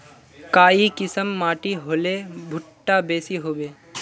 काई किसम माटी होले भुट्टा बेसी होबे?